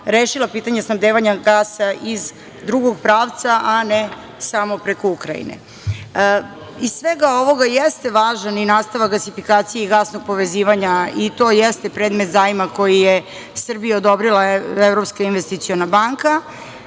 rešila pitanje snabdevanja gasa iz drugog pravca, a ne samo preko Ukrajine. Iz svega ovoga jeste važan i nastavak gasifikacije i gasnog povezivanja i to jeste predmet zajma koji je Srbiji odobrila Svetska investiciona banka.